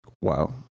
Wow